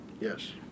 Yes